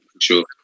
sure